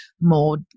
more